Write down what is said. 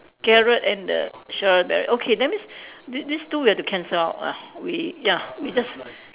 carrot and the strawberry okay that means these these two we have to cancel out ah we ya we just